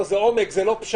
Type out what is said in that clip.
לא, זה עומק, זה לא פשט.